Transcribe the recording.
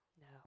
No